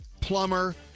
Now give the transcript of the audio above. plumber